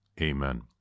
Amen